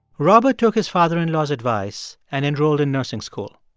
robert took his father-in-law's advice and enrolled in nursing school.